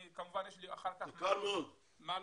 כמובן אחר כך יהיה לי מה להוסיף.